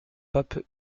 pape